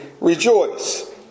rejoice